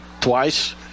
twice